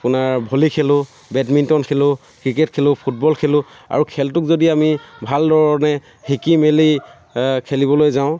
আপোনাৰ ভলী খেলোঁ বেডমিন্টন খেলোঁ ক্ৰিকেট খেলোঁ ফুটবল খেলোঁ আৰু খেলটোক যদি আমি ভালধৰণে শিকি মেলি খেলিবলৈ যাওঁ